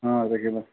হ্যাঁ রেখে দাও